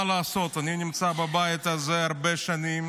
מה לעשות, אני נמצא בבית הזה הרבה שנים